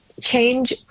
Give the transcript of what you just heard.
change